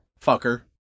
fucker